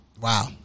wow